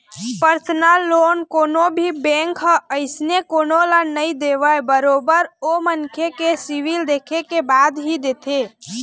personal loan कोनो भी bank ह अइसने कोनो ल नइ देवय बरोबर ओ मनखे के सिविल देखे के बाद ही देथे